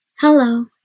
Hello